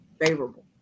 favorable